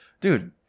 dude